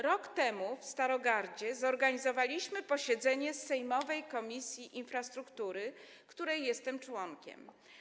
Rok temu w Starogardzie zorganizowaliśmy posiedzenie sejmowej Komisji Infrastruktury, której jestem członkiem.